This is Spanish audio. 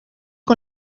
con